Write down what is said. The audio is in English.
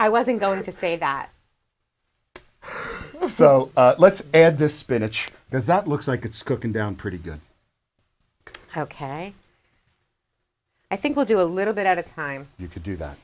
i wasn't going to say that so let's add the spinach is that looks like it's coming down pretty good ok i think i'll do a little bit at a time you could do that